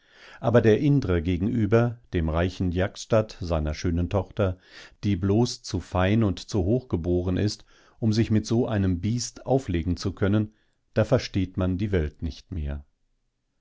aber der indre gegenüber dem reichen jaksztat seiner schönen tochter die bloß zu fein und zu hochgeboren ist um sich mit so einem biest auflegen zu können da versteht man die welt nicht mehr